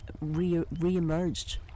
re-emerged